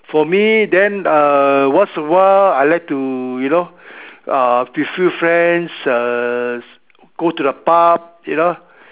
for me then uh once a while I like to you know uh with few friends err go to the pub you know